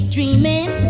Dreaming